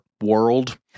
world